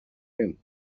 him